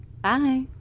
Bye